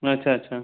अच्छा अच्छा